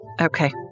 Okay